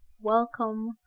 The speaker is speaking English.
Welcome